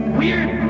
weird